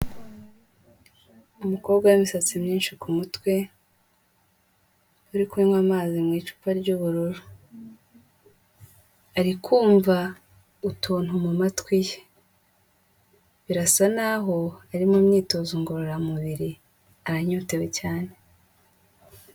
Umukobwa w'imisatsi myinshi ku mutwe, uri kunywa amazi mu icupa ry'ubururu, ari kumva utuntu mu matwi ye, birasa naho ari mu myitozo ngororamubiri aranyotewe cyane.